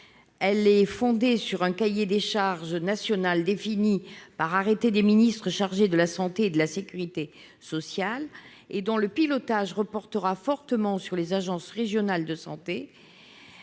Elle serait fondée sur un cahier des charges national défini par arrêté des ministres chargés de la santé et de la sécurité sociale. Son pilotage reposerait fortement sur les agences régionales de santé.